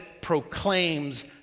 proclaims